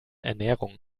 ernährung